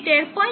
6 volt